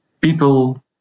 people